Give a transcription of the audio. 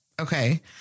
Okay